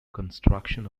construction